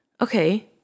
okay